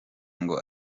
ngo